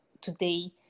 today